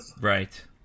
Right